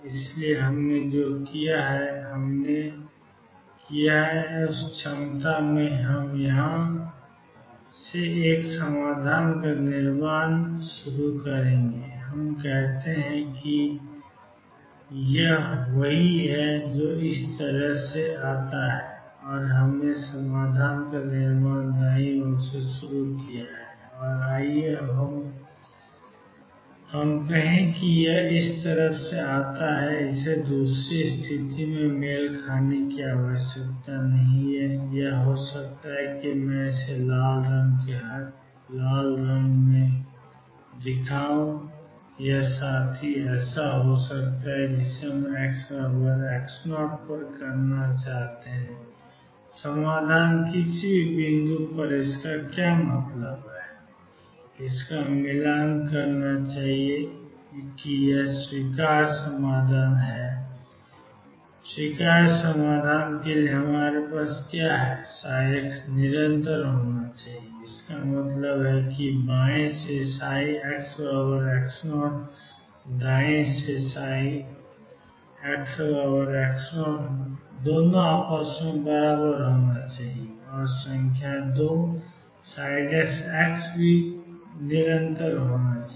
इसलिए हमने जो किया है हमने किया है इस क्षमता में है हम यहां से एक समाधान का निर्माण शुरू करेंगे हम कहते हैं कि यह वही है जो इस तरफ से आता है और हमने समाधान का निर्माण दाईं ओर से शुरू किया है और आइए हम कहें कि यह इस तरह से आता है इसे दूसरी स्थिति से मेल खाने की आवश्यकता नहीं है यह हो सकता है कि मैं इसे लाल रंग में दिखाऊं यह साथी ऐसा हो सकता है जो हमें xx0 पर करना चाहिए समाधान किसी भी बिंदु पर इसका क्या मतलब है इसका मिलान करना चाहिए स्वीकार्य समाधान के लिए हमारे पास क्या है x निरंतर है इसका मतलब है बाएं से xx0 दाएं से xx0 के बराबर होना चाहिए और संख्या 2 निरंतर है